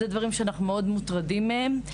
אלה דברים שאנחנו מאוד מוטרדים מהם.